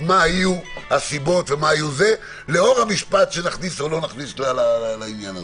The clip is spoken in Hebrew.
מה היו הסיבות לאור המשפט שנכניס או לא נכניס לעניין הזה.